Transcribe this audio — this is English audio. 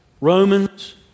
Romans